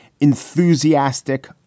enthusiastic